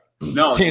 No